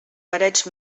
parets